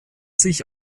sich